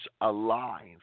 alive